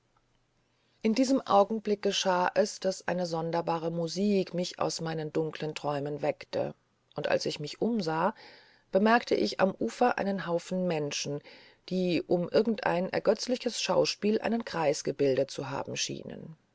in diesem augenblick geschah es daß eine sonderbare musik mich aus meinen dunklen träumen weckte und als ich mich umsah bemerkte ich am ufer einen haufen menschen die um irgendein ergötzliches schauspiel einen kreis gebildet zu haben schienen